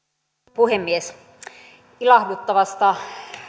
puhemies ilahduttavasta